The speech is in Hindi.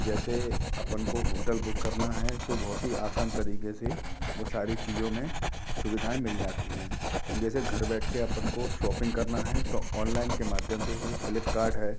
जैसे अपन को होटल बुक करना है तो बहुत ही आसान तरीके से वह सारी चीज़ों में सुविधाऍं मिल जाती हैं जैसे घर बैठ के अपन को शॉपिंग करना है तो ऑनलाइन के माध्यम से जैसे फ्लिपकार्ट है